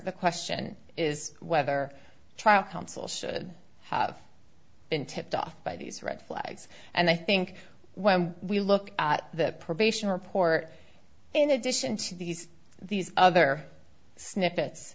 the question is whether trial counsel should have been tipped off by these red flags and i think when we look at the probation report in addition to these these other